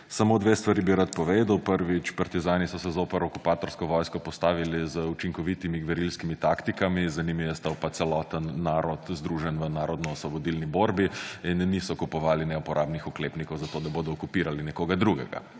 Samo dve stvari bi rad povedal. Prvič. Partizani so se zoper okupatorsko vojsko postavili z učinkovitimi gverilskimi taktikami, za njimi je stal pa celoten narod, združen v narodnoosvobodilni borbi. In niso kupovali neuporabnih oklepnikov, zato da bodo okupirali nekoga drugega.